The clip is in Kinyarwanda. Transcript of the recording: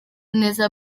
neza